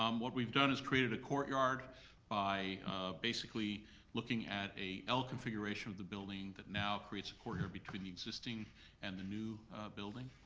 um what we've done is created a courtyard by basically looking at an l configuration of the building that now creates a courtyard between the existing and the new building.